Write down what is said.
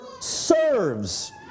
serves